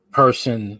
person